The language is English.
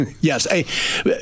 Yes